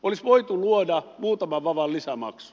olisi voitu luoda muutaman vavan lisämaksu